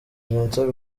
vincent